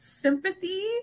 sympathy